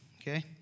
okay